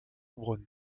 browne